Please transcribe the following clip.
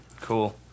Cool